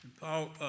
Paul